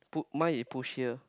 put mine is push here